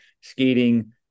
skating